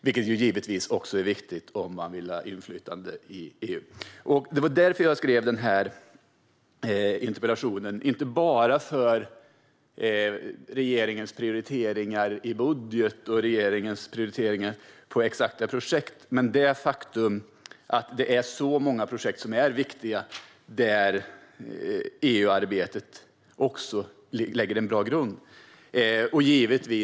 Detta är givetvis viktigt om man vill ha inflytande i EU. Det var därför jag skrev interpellationen - det var inte bara för regeringens prioriteringar i budget och i exakta projekt. Faktum är att det är många viktiga projekt där EU-arbetet lägger en bra grund.